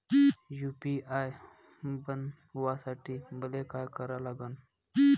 UPI बनवासाठी मले काय करा लागन?